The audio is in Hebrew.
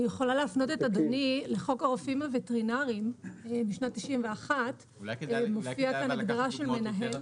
אני יכולה להפנות את אדוני לחוק הרופאים הווטרינרים משנת 91'. מופיעה כאן הגדרה של מנהל --- אולי כדאי לקחת דוגמאות יותר עדכניות.